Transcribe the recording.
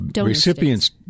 recipients